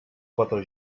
quatre